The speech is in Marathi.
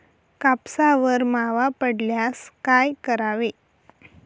कापसावर मावा पडल्यास काय करावे?